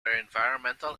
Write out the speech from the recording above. environmental